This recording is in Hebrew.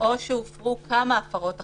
או שהופרו כמה הפרות אחרות,